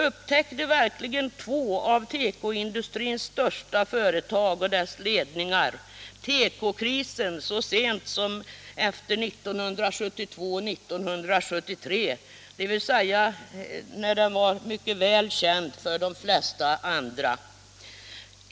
Upptäckte verkligen två av tekoindustrins största företag och ledningar tekokrisen så sent som efter 1972-1973, dvs. när den var mycket väl känd för de flesta andra?